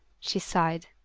she sighed.